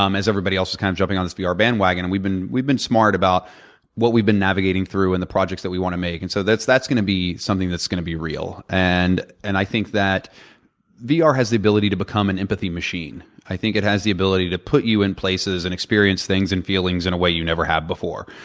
um as everybody else is kind of jumping on this vr ah bandwagon. and we've been we've been smart about what we've been navigating through and the projects that we want to make. and so that's that's going to be something that's going to be real. and and i think that vr has the ability to become an empathy machine. i think it has the ability to put you in places and experiences things and feelings in a way you never have before.